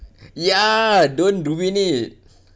ya don't ruin it